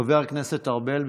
חבר הכנסת ארבל,